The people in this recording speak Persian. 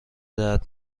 درد